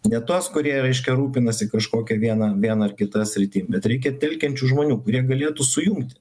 ne tuos kurie reiškia rūpinasi kažkokia viena viena ar kita sritim bet reikia telkiančių žmonių kurie galėtų sujungti